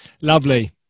Lovely